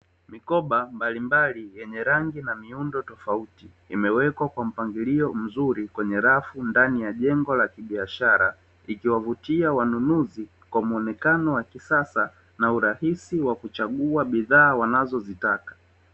Mikoba mbalimbali yenye rangi na miundo tofauti imewekwa kwa mpangilio mzuri kwenye rafu ndani ya jengo la kibiashara, likiwavutia wanunuzi kwa muonekano wa kisasa na urahisi wa kuchagua bidhaa wanazozitaka.